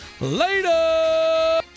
Later